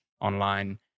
online